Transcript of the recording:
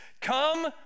come